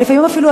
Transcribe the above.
ולפעמים אפילו,